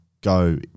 go